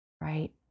right